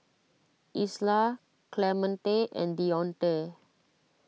Isla Clemente and Dionte